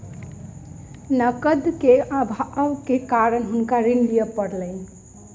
नकद के अभावक कारणेँ हुनका ऋण लिअ पड़लैन